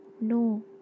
no